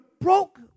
broke